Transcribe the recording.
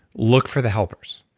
look for the helpers.